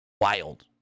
Wild